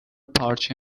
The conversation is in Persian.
پارچه